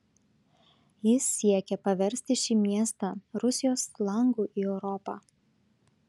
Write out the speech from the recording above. jis siekė paversti šį miestą rusijos langu į europą